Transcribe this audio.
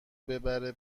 ببره